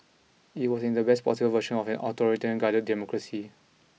it was and is the best possible version of an authoritarian guided democracy